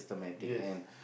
yes